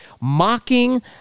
mocking